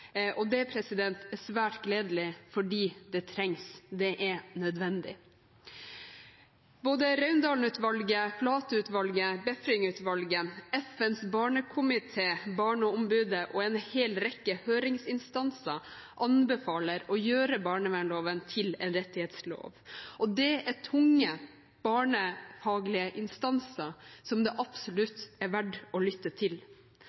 Og det er svært gledelig fordi det trengs, det er nødvendig. Både Raundalen-utvalget, plateutvalget, Befring-utvalget, FNs barnekomité, Barneombudet og en hel rekke høringsinstanser anbefaler å gjøre barnevernloven til en rettighetslov, og dette er tunge barnefaglige instanser som absolutt er verdt å lytte til.